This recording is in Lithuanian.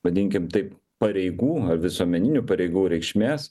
vadinkime taip pareigų visuomeninių pareigų reikšmės